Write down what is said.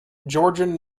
georgian